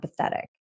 empathetic